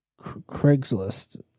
Craigslist